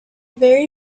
very